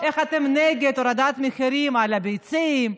איך אתם נגד הורדת מחירים על הביצים,